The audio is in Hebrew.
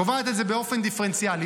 קובעת את זה באופן דיפרנציאלי,